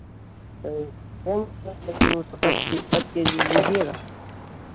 अरे कौन सा तो पाँच के पाँच के जी लीजिएगा